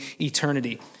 eternity